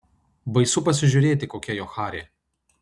baisu pasižiūrėti kokia jo charė